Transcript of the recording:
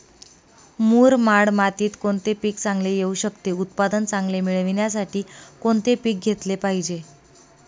मुरमाड मातीत कोणते पीक चांगले येऊ शकते? उत्पादन चांगले मिळण्यासाठी कोणते पीक घेतले पाहिजे?